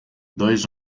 dois